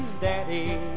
Daddy